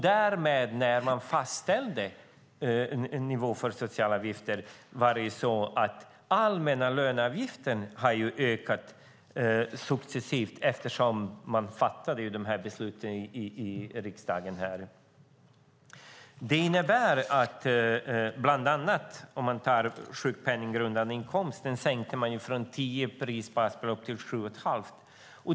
Därmed har, när man fastställt en nivå för socialavgifter, den allmänna löneavgiften successivt ökat, eftersom man fattat de här besluten i riksdagen. Den sjukpenninggrundande inkomsten sänker man från tio prisbasbelopp till sju och ett halvt.